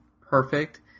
perfect